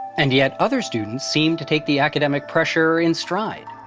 and yet other students seem to take the academic pressure in stride.